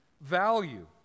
value